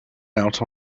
out